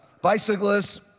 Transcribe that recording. bicyclists